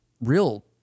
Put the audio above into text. real